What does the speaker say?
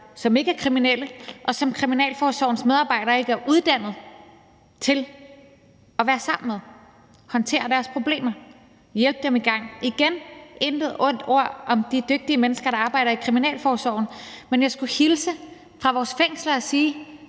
som ikke er kriminelle, og som kriminalforsorgens medarbejdere ikke er uddannet til at være sammen med, håndtere deres problemer og hjælpe dem i gang igen. Intet ondt ord om de dygtige mennesker, der arbejder i kriminalforsorgen, men jeg skulle hilse fra vores fængsler og sige,